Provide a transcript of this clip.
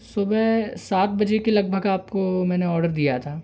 सुबह सात बजे के लगभग आपको मैंने ऑर्डर दिया था